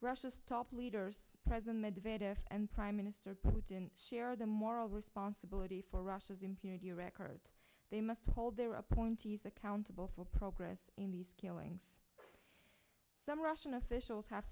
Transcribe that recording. russia's top leaders president medvedev and prime minister share the moral responsibility for russia's impunity record they must hold their appointees accountable for progress in these killings some russian officials have